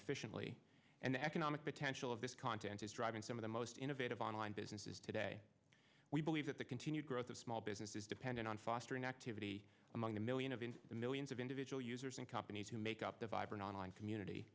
efficiently and the economic potential of this content is driving some of the most innovative online businesses today we believe that the continued growth of small business is dependent on fostering activity among a million of in the millions of individual users and companies who make up the vibrant online community